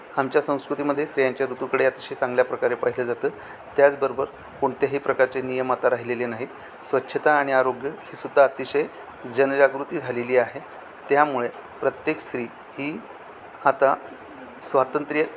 आमच्या संस्कृतीमध्ये स्त्रियांच्या ऋतूकडे अतिशय चांगल्या प्रकारे पाहिलं जातं त्याचबरोबर कोणत्याही प्रकारचे नियम आता राहिलेले नाहीत स्वच्छता आणि आरोग्य ही सुद्धा अतिशय जनजागृती झालेली आहे त्यामुळे प्रत्येक स्त्री ही आता स्वातंत्र्य